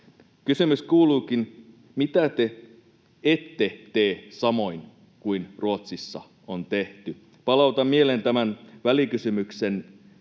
Kysymys kuuluukin: Mitä te ette tee samoin kuin Ruotsissa on tehty? Palautan mieleen tämän välikysymyksen